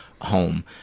home